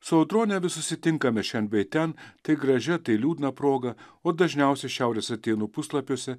su audrone vis susitinkame šen bei ten tai gražia tai liūdna proga o dažniausia šiaurės atėnų puslapiuose